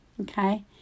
Okay